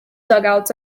dugouts